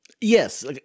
Yes